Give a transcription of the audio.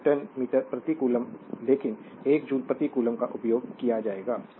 तो एक Newton metre प्रति कोलोम्बस लेकिन 1 जूल प्रति कोलोम्बस का उपयोग किया जाएगा